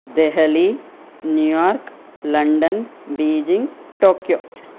Delhi New York London Beijing Tokyo